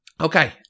Okay